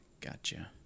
Gotcha